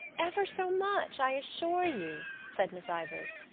ever so much, i assure you, said miss ivors,